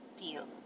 Peel